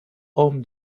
homme